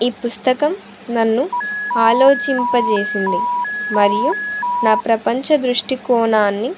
ఈ పుస్తకం నన్ను ఆలోచింపచేసింది మరియు నా ప్రపంచ దృష్టికోణాన్ని